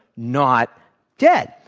not dead.